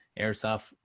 airsoft